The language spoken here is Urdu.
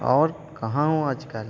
اور کہاں ہو آج کل